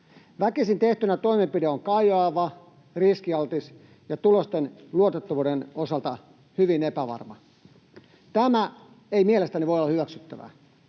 Väkisin tehtynä toimenpide on kajoava, riskialtis ja tulosten luotettavuuden osalta hyvin epävarma. Tämä ei mielestäni voi olla hyväksyttävää.